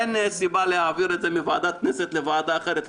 אין סיבה להעביר את זה מוועדת הכנסת לוועדה אחרת.